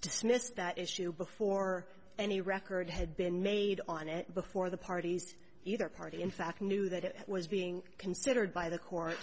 dismissed that issue before any record had been made on it before the parties either party in fact knew that it was being considered by the court